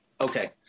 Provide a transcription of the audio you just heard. Okay